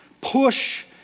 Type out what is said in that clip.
push